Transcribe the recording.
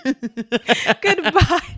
goodbye